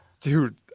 dude